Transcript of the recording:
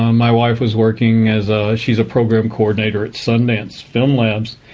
um my wife was working as a, she's a program coordinator at sundance film labs,